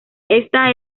esta